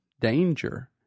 danger